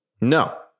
No